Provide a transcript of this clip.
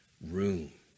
room